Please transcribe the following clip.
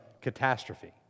catastrophe